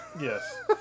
Yes